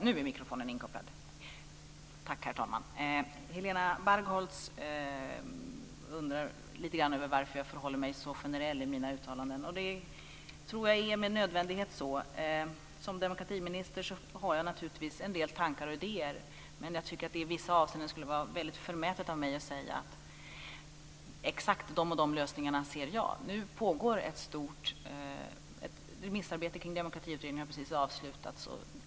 Herr talman! Helena Bargholtz undrar lite grann över varför jag håller mig så generell i mina uttalanden. Det är med nödvändighet så. Som demokratiminister har jag naturligtvis en del tankar och idéer men jag tycker att det i vissa avseenden skulle vara förmätet av mig att säga att exakt de och de lösningarna ser jag. Remissarbetet kring Demokratiutredningen har precis avslutats.